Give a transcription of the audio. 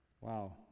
Wow